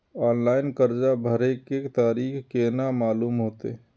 Online कर्जा भरे के तारीख केना मालूम होते?